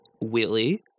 Willie